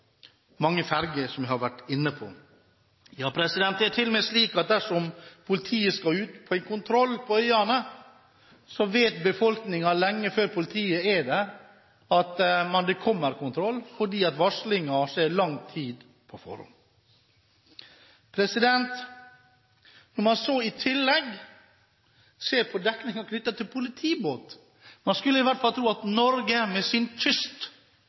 mange ferjer, som jeg har vært inne på. Det er til og med slik at dersom politiet skal ut på en kontroll på øyene, vet befolkningen, lenge før politiet er der, at det kommer kontroll, fordi varslingen skjer lang tid på forhånd. I tillegg kan man se på dekningen knyttet til politibåt. Man skulle i hvert fall tro at Norge, med sin kyst,